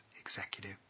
executive